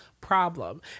problem